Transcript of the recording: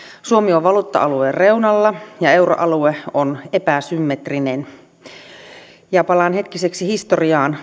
suomi on valuutta alueen reunalla ja euroalue on epäsymmetrinen palaan hetkiseksi historiaan